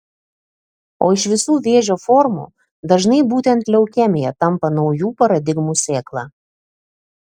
o iš visų vėžio formų dažnai būtent leukemija tampa naujų paradigmų sėkla